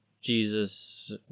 Jesus